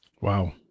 Wow